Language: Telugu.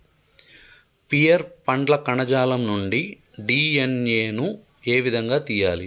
పియర్ పండ్ల కణజాలం నుండి డి.ఎన్.ఎ ను ఏ విధంగా తియ్యాలి?